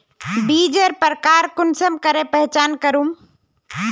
बीजेर प्रकार कुंसम करे पहचान करूम?